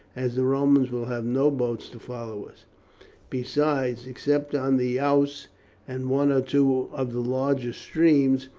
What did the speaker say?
as the romans will have no boats to follow us besides, except on the ouse and one or two of the larger streams,